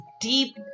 deep